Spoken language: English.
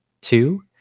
two